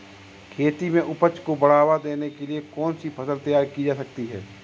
खेती में उपज को बढ़ावा देने के लिए कौन सी फसल तैयार की जा सकती है?